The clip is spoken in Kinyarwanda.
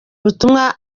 ubutumwa